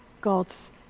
God's